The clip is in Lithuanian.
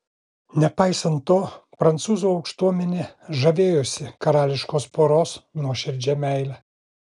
nepaisant to prancūzų aukštuomenė žavėjosi karališkos poros nuoširdžia meile